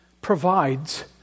provides